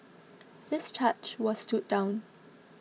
this charge was stood down